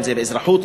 אם באזרחות,